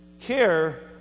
care